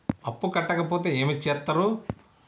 అప్పు కట్టకపోతే ఏమి చేత్తరు?